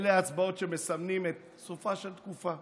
אלה ההצבעות שמסמנות את סופה של תקופה.